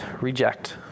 reject